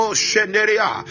shenderia